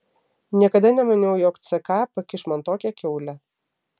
niekada nemaniau jog ck pakiš man tokią kiaulę